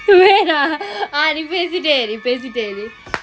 wait ah நீ பேசிட்டேய் இரு நீ பேசிட்டேய் இரு :nee peasitey iru nee peasitey iru